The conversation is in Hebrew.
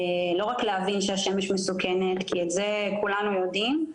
לא רק להבין שהשמש מסוכנת כי את זה כולנו יודעים,